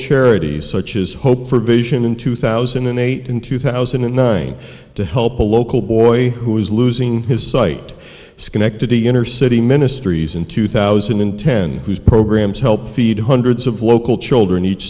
charities such as hope for vision in two thousand and eight in two thousand and nine to help a local boy who is losing his sight schenectady inner city ministries in two thousand and ten whose programs help feed hundreds of local children each